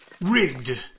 rigged